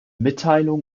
mitteilung